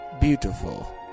beautiful